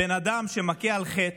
בן אדם שמכה על חטא,